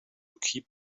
keep